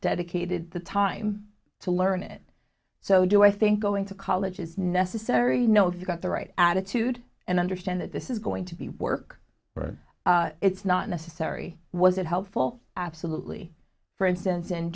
dedicated the time to learn it so do i think going to college is necessary no it's got the right attitude and understand that this is going to be work it's not necessary was it helpful absolutely for instance